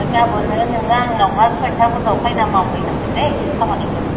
हा गाबोनो नों आंनावहा सयथा बजायाव मावफैनांगोनदै खामानिखो